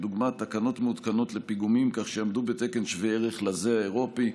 דוגמת תקנות מעודכנות לפיגומים כך שיעמדו בתקן שווה ערך לזה האירופי,